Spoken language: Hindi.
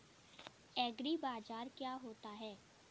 एग्रीबाजार क्या होता है?